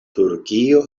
turkio